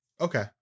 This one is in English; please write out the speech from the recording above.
Okay